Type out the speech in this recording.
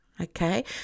okay